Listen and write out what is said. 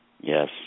Yes